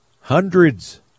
Hundreds